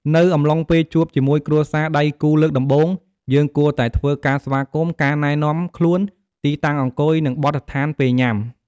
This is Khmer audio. នៅអំឡុងពេលជួបជាមួយគ្រួសារដៃគូលើកដំបូង យើងគួរតែធ្វើការស្វាគម៍ ការណែនាំខ្លួន ទីតាំងអង្គុយនិងបទដ្ឋានពេលញ៉ាំ។